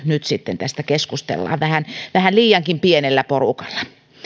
nyt sitten tästä keskustellaan vähän vähän liiankin pienellä porukalla